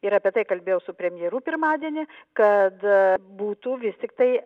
ir apie tai kalbėjau su premjeru pirmadienį kad būtų vis tiktai